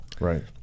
Right